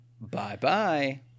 Bye-bye